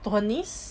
to her niece